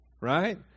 right